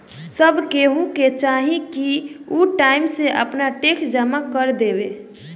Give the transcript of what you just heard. सब केहू के चाही की उ टाइम से आपन टेक्स जमा कर देवे